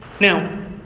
Now